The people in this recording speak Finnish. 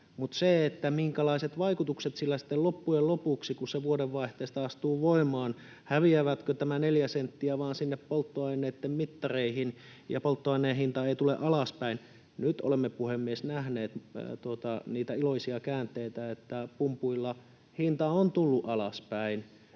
Mutta minkälaiset vaikutukset sillä sitten loppujen lopuksi on, kun se vuodenvaihteesta astuu voimaan? Häviävätkö nämä neljä senttiä vaan sinne polttoaineitten mittareihin niin, että polttoaineen hinta ei tule alaspäin? Nyt olemme, puhemies, nähneet niitä iloisia käänteitä, että pumpuilla hinta on tullut alaspäin,